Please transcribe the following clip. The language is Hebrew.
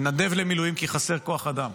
הוא התנדב למילואים כי חסר כוח אדם.